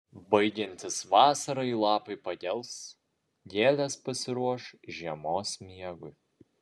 baigiantis vasarai lapai pagels gėlės pasiruoš žiemos miegui